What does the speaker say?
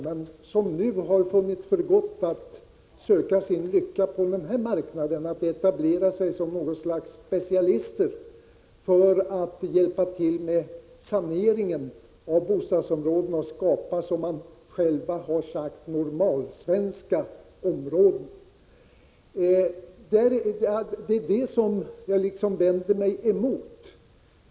Nu har de här personerna funnit för gott att söka sin lycka på den här marknaden och etablera sig som något slags specialister på sanering av bostadsområden för att skapa — som de själva har kallat det — normalsvenska områden.